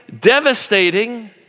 devastating